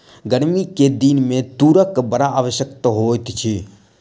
गर्मी के दिन में तूरक बड़ आवश्यकता होइत अछि